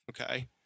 Okay